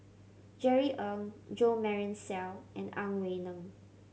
Jerry Ng Jo Marion Seow and Ang Wei Neng